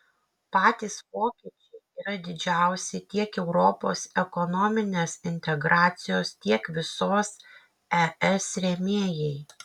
patys vokiečiai yra didžiausi tiek europos ekonominės integracijos tiek visos es rėmėjai